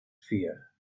fear